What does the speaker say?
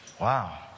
Wow